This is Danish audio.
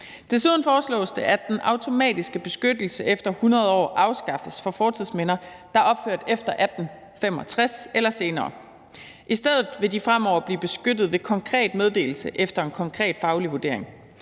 Desuden foreslås det, at den automatiske beskyttelse efter 100 år afskaffes for fortidsminder, der er opført efter 1865 eller senere. I stedet vil de fremover blive beskyttet ved konkret meddelelse efter en konkret faglig vurdering.